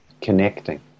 connecting